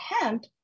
hemp